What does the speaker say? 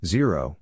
Zero